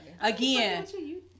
again